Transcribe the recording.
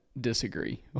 disagree